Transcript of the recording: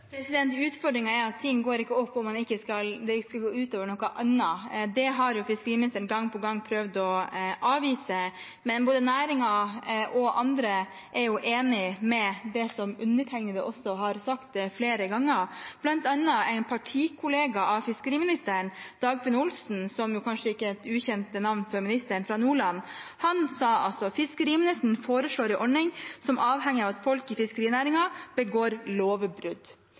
er at ting går ikke opp om det ikke skal gå ut over noe annet. Det har fiskeriministeren gang på gang prøvd å avvise, men både næringen og andre er enig i det jeg også har sagt flere ganger. Blant annet har en partikollega av fiskeriministeren, Dagfinn Olsen fra Nordland, som kanskje er et ikke ukjent navn for ministeren, sagt: «Fiskeriministeren foreslår ei ordning som avhenger av at folk i fiskerinæringa begår